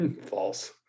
False